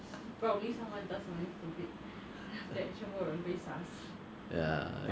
then 他们存一千多块啊 it's like 三千多 eh so if they work twenty thirty years ah